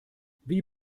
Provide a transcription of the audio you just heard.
wie